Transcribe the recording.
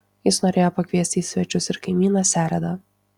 jis norėjo pakviesti į svečius ir kaimyną seredą